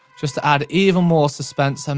just to add even more suspense and